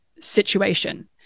situation